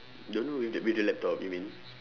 don't know with the with the laptop you mean